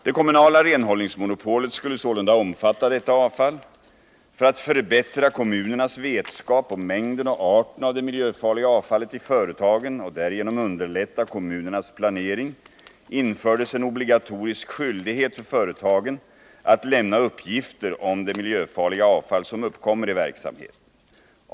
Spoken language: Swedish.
Det kommunala renhållningsmonopolet skulle sålunda omfatta detta avfall. För att förbättra kommunernas vetskap om mängden och arten av det miljöfarliga avfallet i företagen och därigenom underlätta kommunernas planering infördes en skyldighet för företagen att lämna uppgifter om det miljöfarliga avfall som uppkommer i verksamheten.